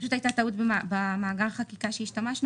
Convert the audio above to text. פשוט הייתה טעות במאגר החקיקה בו השתמשנו.